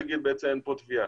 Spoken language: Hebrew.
יאמר שאין כאן תביעה.